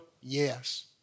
Yes